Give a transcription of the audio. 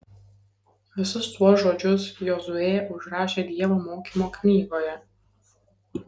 visus tuos žodžius jozuė užrašė dievo mokymo knygoje